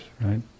right